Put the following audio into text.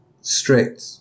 strict